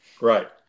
Right